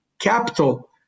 capital